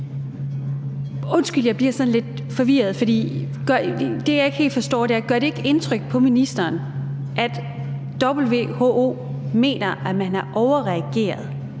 Undskyld, men jeg bliver sådan lidt forvirret. Der er noget, jeg ikke helt forstår. Gør det ikke indtryk på ministeren, at WHO mener, at man har overreageret